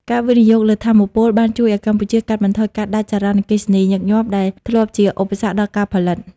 ការវិនិយោគលើថាមពលបានជួយឱ្យកម្ពុជាកាត់បន្ថយការដាច់ចរន្តអគ្គិសនីញឹកញាប់ ដែលធ្លាប់ជាឧបសគ្គដល់ការផលិត។